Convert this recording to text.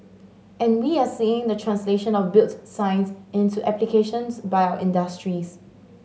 and we are seeing the translation of built science into applications by our industries